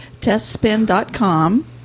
Testspin.com